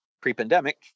pre-pandemic